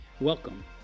Welcome